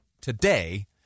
today